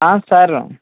sir